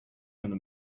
gonna